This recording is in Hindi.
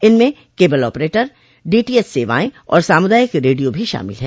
इनमें केबल ऑपरेटर डीटीएच सेवाएं और सामुदायिक रेडिया भी शामिल हैं